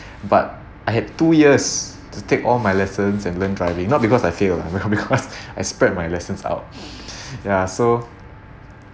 but I had two years to take all my lessons and learn driving not because I failed you know because I spared my lessons out ya so